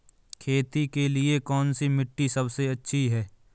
खेती के लिए कौन सी मिट्टी सबसे अच्छी है?